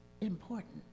important